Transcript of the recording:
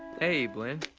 hey blynn.